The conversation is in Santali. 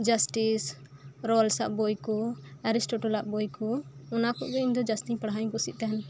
ᱡᱟᱹᱥᱴᱤᱥ ᱨᱳᱞᱥ ᱟᱜ ᱵᱚᱭ ᱠᱩ ᱮᱨᱤᱥᱴᱮᱴᱚᱞ ᱟᱜ ᱵᱚᱭ ᱠᱩ ᱚᱱᱟ ᱠᱩᱡ ᱜᱮ ᱤᱧ ᱫᱚ ᱡᱟᱹᱥᱛᱤ ᱯᱟᱲᱦᱟᱣ ᱤᱧ ᱠᱩᱥᱤᱜ ᱛᱟᱸᱦᱮᱱ